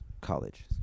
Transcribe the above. college